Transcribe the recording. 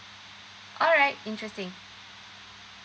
alright interesting